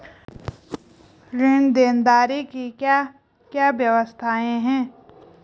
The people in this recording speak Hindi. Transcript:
ऋण देनदारी की क्या क्या व्यवस्थाएँ हैं?